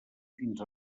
fins